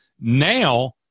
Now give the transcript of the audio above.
now